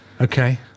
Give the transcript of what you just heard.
okay